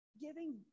giving